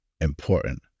important